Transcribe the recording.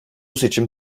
seçim